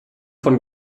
von